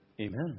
Amen